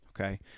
okay